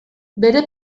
bere